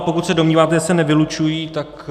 Pokud se domníváte, že se nevylučují, tak...